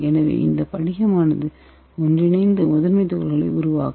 எனவே இந்த படிகமானது ஒன்றிணைந்து முதன்மைத் துகள்களை உருவாக்கும்